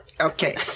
Okay